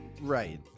Right